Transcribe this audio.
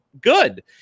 Good